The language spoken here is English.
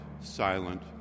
silent